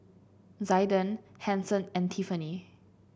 Zaiden Hanson and Tiffani